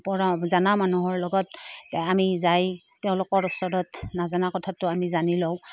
পৰা জানা মানুহৰ লগত আমি যাই তেওঁলোকৰ ওচৰত নজানা কথাটো আমি জানি লওঁ